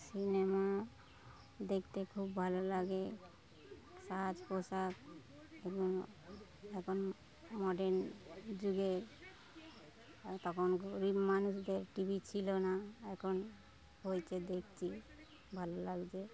cinema দেখতে খুব ভালো লাগে সাজ পোশাক এবং এখন মডার্ন যুগের তখন গরীব মানুষদের টি ভি ছিল না এখন হয়েছে দেখছি ভালো লাগছে